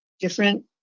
different